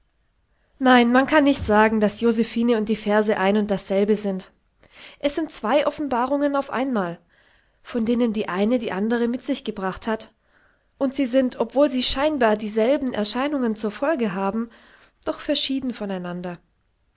nein man kann nicht sagen daß josephine und die verse ein und dasselbe sind es sind zwei offenbarungen auf einmal von denen die eine die andre mit sich gebracht hat und sie sind obwohl sie scheinbar dieselben erscheinungen zur folge haben doch verschieden von